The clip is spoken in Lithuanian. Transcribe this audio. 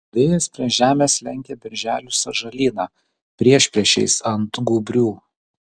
vėjas prie žemės lenkia berželių sąžalyną priešpriešiais ant gūbrių